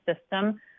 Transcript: system